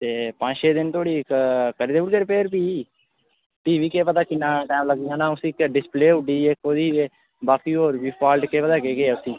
ते पंज छे दिन धोड़ी करी देई ओड़गै रिपेयर भी भी बी केह् पता किन्ना टाइम लग्गी जाना उस्सी इक डिसप्ले उड्डी दी ऐ इक ओह्दी ते बाकी होर बी फाल्ट केह् पता केह् केह् ऐ उस्सी